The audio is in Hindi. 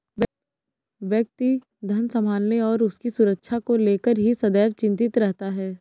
व्यक्ति धन संभालने और उसकी सुरक्षा को लेकर ही सदैव चिंतित रहता है